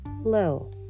low